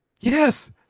Yes